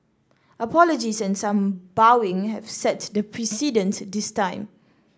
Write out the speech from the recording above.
apologies and some bowing have set the precedent this time